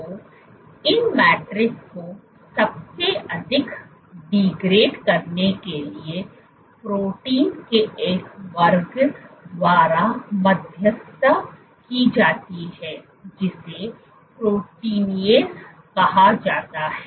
तो इन मैट्रिक्स को सबसे अधिक डीग्रेड करने के लिए प्रोटीन के एक वर्ग द्वारा मध्यस्थता की जाती है जिसे प्रोटीनेसस कहा जाता है